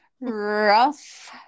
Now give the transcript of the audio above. Rough